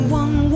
one